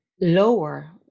lower